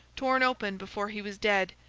torn open before he was dead,